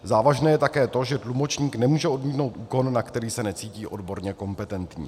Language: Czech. Závažné je také to, že tlumočník nemůže odmítnout úkon, na který se necítí odborně kompetentní.